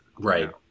Right